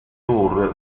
tour